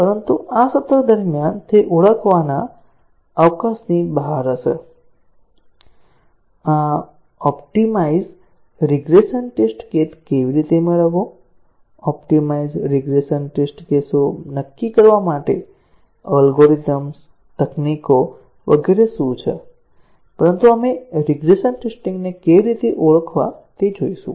પરંતુ આ સત્ર દરમિયાન તે ઓળખવાના અવકાશની બહાર હશે આ ઓપ્ટિમાઇઝ રિગ્રેસન ટેસ્ટ કેસ કેવી રીતે મેળવવો ઓપ્ટિમાઇઝ રિગ્રેસન ટેસ્ટ કેસો નક્કી કરવા માટે અલ્ગોરિધમ્સ તકનીકો વગેરે શું છે પરંતુ આપણે રીગ્રેસન ટેસ્ટીંગ ને કેવી રીતે ઓળખવા તે જોશું